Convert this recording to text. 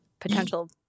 potential